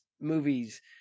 movies